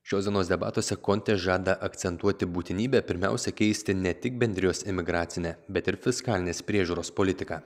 šios dienos debatuose kontė žada akcentuoti būtinybę pirmiausia keisti ne tik bendrijos emigracinę bet ir fiskalinės priežiūros politiką